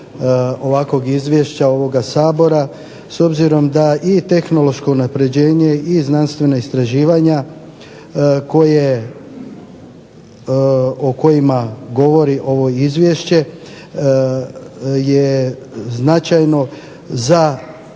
ovakvog izvješća ovoga Sabora s obzirom da i tehnološko unapređenje i znanstvena istraživanja o kojima govori ovo izvješće je značajno za